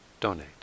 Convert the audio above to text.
donate